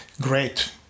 great